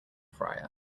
fryer